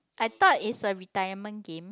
I thought is a retirement game